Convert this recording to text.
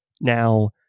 Now